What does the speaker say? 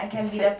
is it